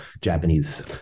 Japanese